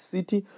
City